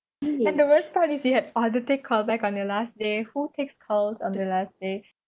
and the worst part is you had oh to take call back on your last day who takes calls on the last day